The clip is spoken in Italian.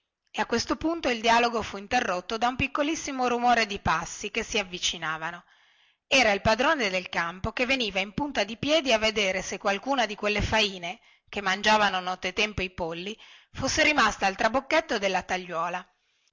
più a questo punto il dialogo fu interrotto da un piccolissimo rumore di passi che si avvicinavano era il padrone del campo che veniva in punta di piedi a vedere se qualcuna di quelle faine che mangiavano di nottetempo i polli fosse rimasta al trabocchetto della tagliuola